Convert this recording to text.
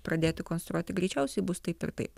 pradėti konstruoti greičiausiai bus taip ir taip